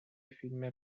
فیلم